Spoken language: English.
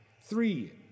Three